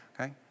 okay